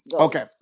Okay